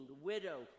widow